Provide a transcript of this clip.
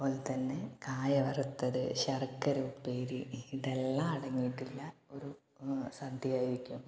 അത് പോലെ തന്നെ കായ വറുത്തത് ശർക്കര ഉപ്പേരി ഇതെല്ലാം അടങ്ങിയിട്ടുള്ള ഒരു സദ്യ ആയിരിക്കും